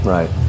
Right